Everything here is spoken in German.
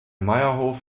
meierhof